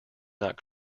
not